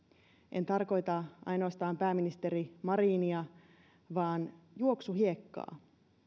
en tarkoita ainoastaan pääministeri marinia vaan juoksuhiekkaa